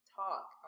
talk